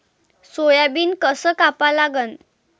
Soybean कस कापा लागन?